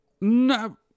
No